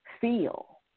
Feel